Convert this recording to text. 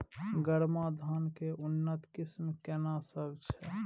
गरमा धान के उन्नत किस्म केना सब छै?